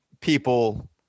people